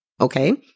okay